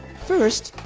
first,